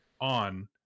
on